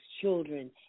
children